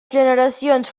generacions